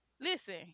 listen